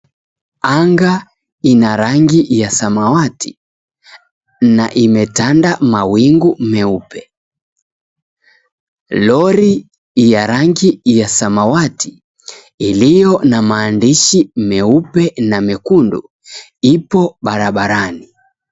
Anga ina rangi ya samawati na imetanda mawingu meupe. Lori ya rangi ya samawati iliyo na maandishi meupe na mekundu ipo barabarani.